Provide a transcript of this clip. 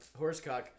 horsecock